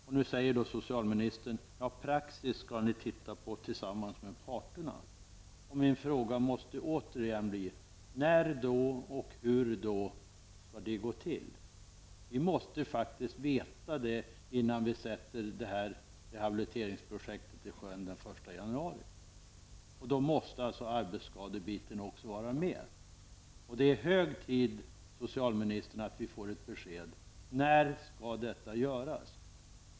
Men nu säger socialministern: Praxis skall vi titta på tillsammans med parterna. Jag måste då återigen fråga: När skall detta ske, och hur skall det gå till? Vi måste faktiskt få besked före den 1 januari, då rehabiliteringsprojektet sätts i sjön. Då måste också arbetsskadebiten finnas med. Det är alltså hög tid, socialministern, att ge ett besked om när detta kommer att ske.